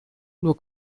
nur